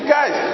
Guys